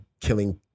killing